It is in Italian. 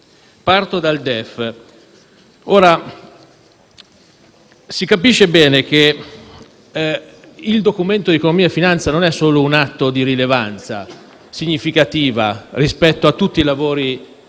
Parto dal DEF. Si capisce bene che il Documento di economia e finanza non è un atto di rilevanza significativa soltanto rispetto a tutti i lavori